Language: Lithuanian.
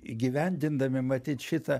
įgyvendindami matyt šitą